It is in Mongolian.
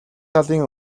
талын